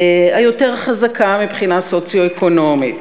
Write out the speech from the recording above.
היותר חזקה מבחינה סוציו-אקונומית.